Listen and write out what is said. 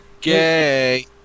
Gay